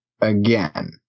again